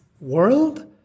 world